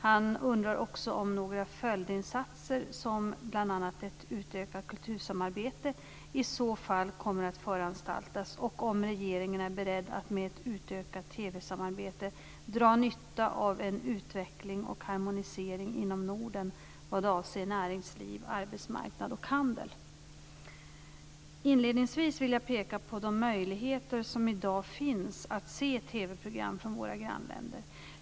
Han undrar också om några följdinsatser, som bl.a. ett utökat kultursamarbete, i så fall kommer att föranstaltas och om regeringen är beredd att med ett utökat TV-samarbete dra nytta av en utveckling och harmonisering inom Norden vad avser näringsliv, arbetsmarknad och handel. Inledningsvis vill jag peka på de möjligheter som i dag finns att se TV-program från våra grannländer.